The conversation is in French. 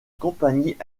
compagnie